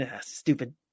Stupid